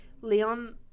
Leon